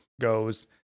goes